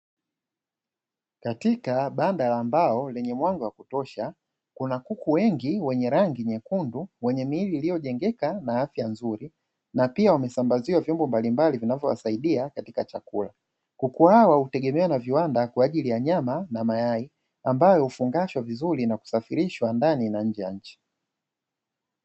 Katika banda la mbao lenye mwanga wa kutosha, kuna kuku wengi wenye rangi nyekundu wenye miili iliyojengeka na afya nzuri; na pia wamesambaziwa vyombo mbalimbali vinavyowasaidia katika chakula. Kuku hawa hutegemea na viwanda kwa ajili ya nyama na mayai ambayo hufungashwa vizuri na kusafirishwa ndani na nje ya nchi.